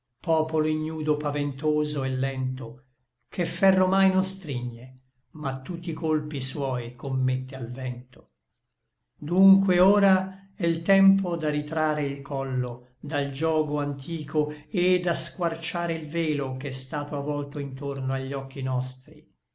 popolo ignudo paventoso et lento che ferro mai non strigne ma tutt'i colpi suoi commette al vento dunque ora è l tempo da ritrare il collo dal giogo antico et da squarciare il velo ch'è stato avolto intorno agli occhi nostri